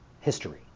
history